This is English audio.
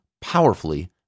powerfully